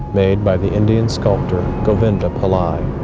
made by the indian sculptor govinda pillai.